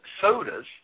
sodas